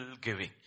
giving